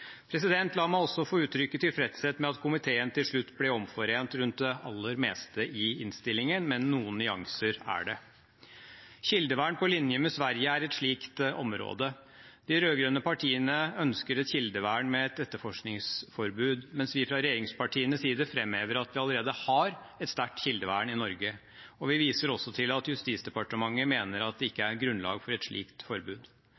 La meg også få uttrykke tilfredshet med at komiteen til slutt ble omforent rundt det aller meste i innstillingen, men noen nyanser er det. Kildevern på linje med Sverige er ett slikt område. De rød-grønne partiene ønsker et kildevern med etterforskningsforbud, mens vi fra regjeringspartienes side framhever at vi allerede har et sterkt kildevern i Norge. Vi viser også til at Justisdepartementet mener det ikke er grunnlag for et slikt forbud.